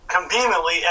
conveniently